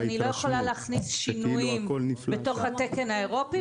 ואני לא יכולה להכניס שינויים בתקן האירופי.